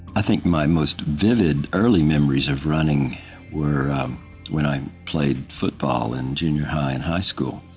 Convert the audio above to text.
i think my most vivid early memories of running were when i played football in junior high and high school,